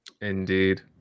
indeed